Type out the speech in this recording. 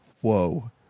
Whoa